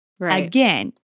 again